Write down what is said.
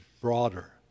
broader